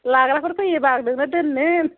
लाग्राफोर फैयोबा आं नोंनो दोननो